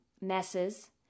messes